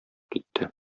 китте